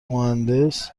مهندس